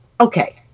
okay